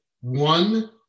one